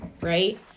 right